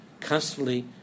constantly